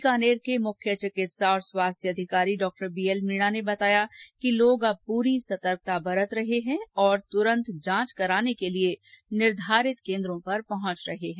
बीकानेर के मुख्य चिकित्सा और स्वासथ्य अधिकारी डॉक्टर बी एल मीणा ने बताया कि लोग अब पूरी सतर्कता बरत रहे हैं और तुरंत जांच कराने के लिए निर्धारित केन्द्रों पर पहुंच रहे हैं